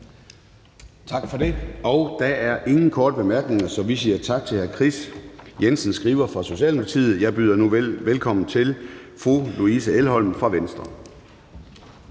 Tak for det. Der er ingen korte bemærkninger, så vi siger tak til hr. Kim Aas fra Socialdemokratiet. Jeg byder nu velkommen til fru Louise Elholm fra Venstre.